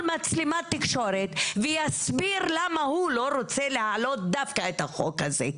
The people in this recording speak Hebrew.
מצלמת תקשורת ולהסביר למה הוא לא רוצה להעלות דווקא את החוק הזה.